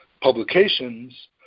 publications